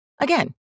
Again